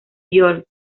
york